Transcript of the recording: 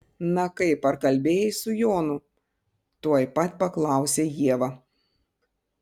na kaip ar kalbėjai su jonu tuoj pat paklausė ieva